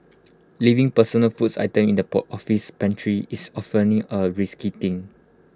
leaving personal foods items in the office pantry is A risky thing